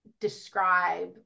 describe